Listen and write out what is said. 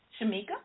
Shamika